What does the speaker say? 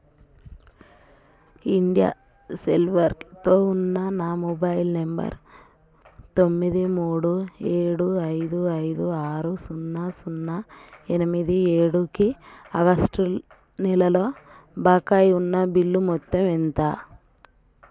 idea సెల్యులార్తో ఉన్న నా మొబైల్ నెంబర్ తొమ్మిది మూడు ఏడు ఐదు ఐదు ఆరు సున్నా సున్నా ఎనిమిది ఏడుకి ఆగస్టు నెలలో బకాయి ఉన్న బిల్లు మొత్తం ఎంత